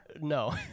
No